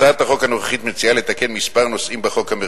הצעת החוק הנוכחית מציעה לתקן מספר נושאים בחוק המקורי.